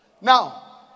Now